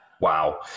Wow